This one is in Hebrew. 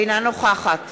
אינה נוכחת